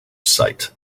sight